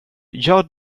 jag